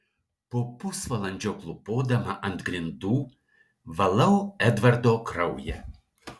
po pusvalandžio klūpodama ant grindų valau edvardo kraują